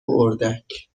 اردک